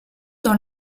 dans